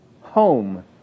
home